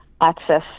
access